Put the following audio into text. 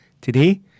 today